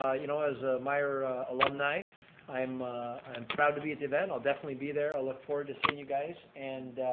ah you know as a myer alumni i'm i'm proud to be at the event, i'll definitely be there. i'll look forward to seeing you guys. and